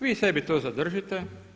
Vi sebi to zadržite.